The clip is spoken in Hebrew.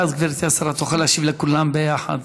ואז גברתי השרה תוכל להשיב לכולם ביחד.